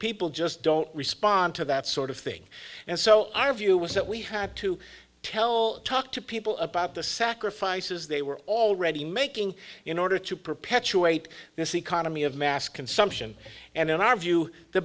people just don't respond to that sort of thing and so our view was that we had to tell talk to people about the sacrifices they were already making in order to perpetuate this economy of mass consumption and in our view the